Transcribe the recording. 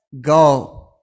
go